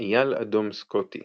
אייל אדום סקוטי